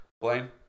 Blaine